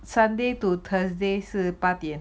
sunday to thursday 是八点